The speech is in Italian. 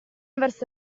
verso